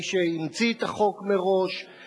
מי שיזם את החוק לראשונה,